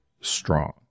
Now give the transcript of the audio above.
strong